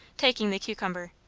taking the cucumber.